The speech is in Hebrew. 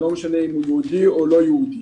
ולא משנה אם הוא יהודי או לא יהודי,